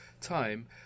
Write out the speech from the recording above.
time